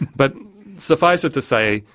but suffice it to say,